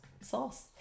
sauce